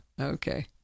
Okay